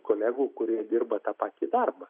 kolegų kurie dirba tą patį darbą